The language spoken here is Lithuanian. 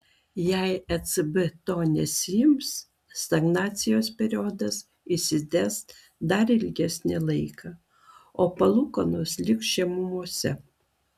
jei ecb to nesiims stagnacijos periodas išsitęs dar ilgesnį laiką o palūkanos liks žemumose